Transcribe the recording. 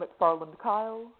McFarland-Kyle